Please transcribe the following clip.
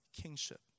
kingship